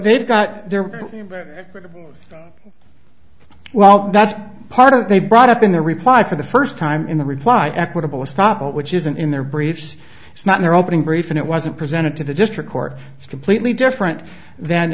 they've got there pretty well that's part of they brought up in their reply for the first time in the reply equitable stop which isn't in their briefs it's not in their opening brief and it wasn't presented to the district court it's completely different than